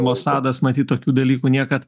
mosados matyt tokių dalykų niekad